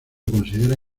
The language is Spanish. considera